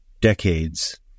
decades